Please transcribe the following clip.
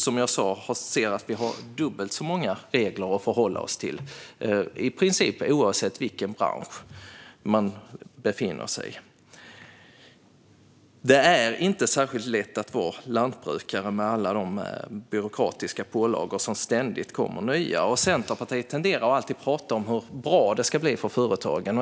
Som jag sa har man dubbelt så många regler att förhålla sig till, i princip oavsett vilken bransch man befinner sig i. Det är inte särskilt lätt att vara lantbrukare med alla de byråkratiska regler som ständigt läggs på dem. Centerpartiet tenderar att alltid prata om hur bra det ska bli för företagen.